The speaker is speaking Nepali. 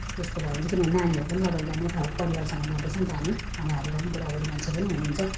त्यस्तो भयो भने चाहिँ किनभने नानीहरू पनि लगेर जाने हो परिवारसँग जाँदैछौँ नि त हामी आमाहरू पनि बुढाबुढी मान्छेहरू पनि हुनुहुन्छ